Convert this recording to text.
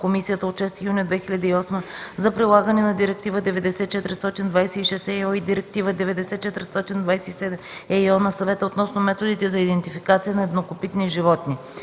Комисията от 6 юни 2008 г. за прилагане на Директива 90/426/ЕИО и Директива 90/427/ЕИО на Съвета относно методите на идентификация на еднокопитни животни